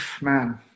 man